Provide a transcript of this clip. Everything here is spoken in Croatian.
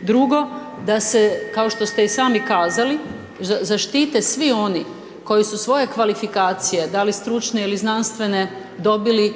Drugo, da se kao što se i sami kazali, zaštite svi oni koji su svoje kvalifikacije da li stručne ili znanstvene, dobili